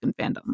fandom